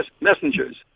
messengers